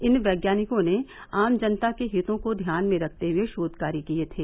इन वैज्ञानिकों ने आम जनता के हितों को ध्यान में रखते हुए शोध कार्य किए थे